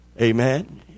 Amen